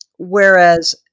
Whereas